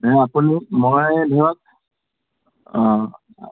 হয় আপোনালোক মই ধৰক